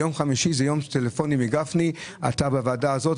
יום חמישי הוא יום של טלפונים מגפני: אתה בוועדה הזאת,